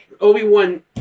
Obi-Wan